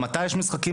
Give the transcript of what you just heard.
מתי יש משחקים,